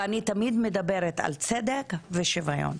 אני תמיד מדברת על צדק ושוויון.